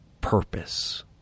purpose